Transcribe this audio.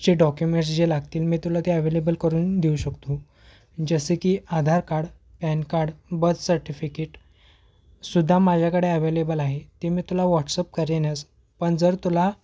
चे डॉक्युमेट्स जे लागतील मी तुला ते ॲवेलेबल करून देऊ शकतो जसे की Aadhaar card PAN card birth certificate सुद्धा माझ्याकडे ॲवेलेबल आहे ते मी तुला व्हॉट्सअप करेनच पण जर तुला